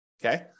Okay